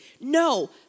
No